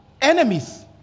enemies